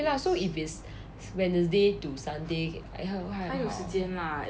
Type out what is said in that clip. okay lah so if is wednesday to sunday like how how how